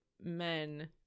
men